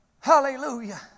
Hallelujah